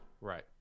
right